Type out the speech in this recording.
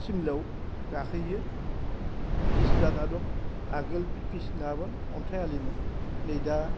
सिमलायाव गाखोयो पिस जाना दं आगोल पिस नोङामोन अन्थाइ आलिमोन नै दा